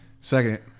Second